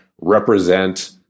represent